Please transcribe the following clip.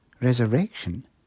Resurrection